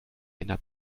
ändert